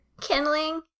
kindling